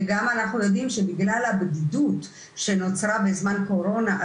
וגם אנחנו יודעים שבגלל הבדידות שנוצרה בזמן קורונה,